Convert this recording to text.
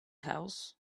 house